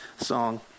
song